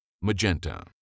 Magenta